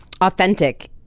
authentic